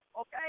okay